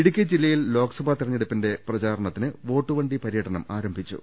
ഇടുക്കി ജില്ലയിൽ ലോക്സഭാ തെരഞ്ഞെടുപ്പിന്റെ പ്രിചാരണത്തിന് വോട്ട് വണ്ടി പര്യടനം ആരംഭിച്ചു